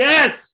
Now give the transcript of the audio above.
Yes